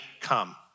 come